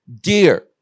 Dear